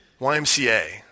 YMCA